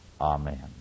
amen